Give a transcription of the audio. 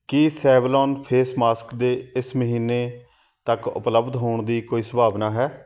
ਕੀ Savlon face mask ਦੇ ਇਸ ਮਹੀਨੇ ਤੱਕ ਉਪਲੱਬਧ ਹੋਣ ਦੀ ਕੋਈ ਸੰਭਾਵਨਾ ਹੈ